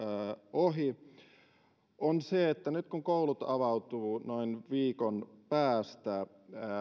ohi on se että nyt kun koulut avautuvat noin viikon päästä